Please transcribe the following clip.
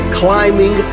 climbing